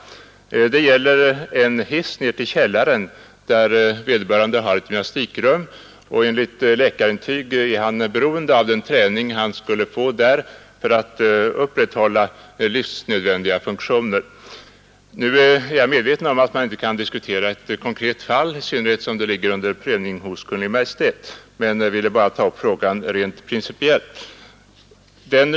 Det gäller en hiss ned till källaren där vederbörande har ett gymnastikrum. Enligt läkarintyg är han beroende av den träning han skulle få där för att upprätthålla livsnödvändiga funktioner. Jag är medveten om att man inte kan diskutera ett konkret fall, i synnerhet som det ligger under prövning hos Kungl. Maj:t, men jag ville bara ta upp frågan rent principiellt.